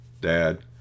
Dad